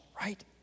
right